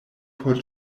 por